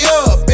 up